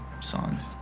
songs